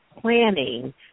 planning